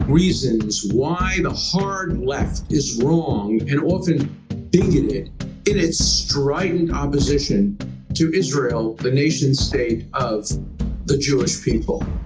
reasons why the hard left is wrong and often bigoted in its strident opposition to israel the nation state of the jewish people.